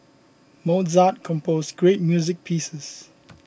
Mozart composed great music pieces